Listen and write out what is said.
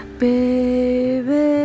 baby